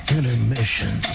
Intermission